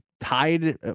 tied